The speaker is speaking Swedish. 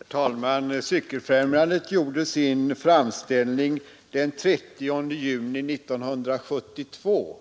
Herr talman! Cykeloch mopedfrämjandet gjorde sin framställning den 30 juni 1972